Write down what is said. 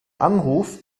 anruf